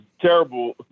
terrible